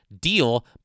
deal